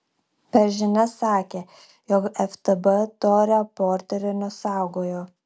per žinias sakė jog ftb to reporterio nesaugojo